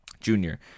junior